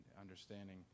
understanding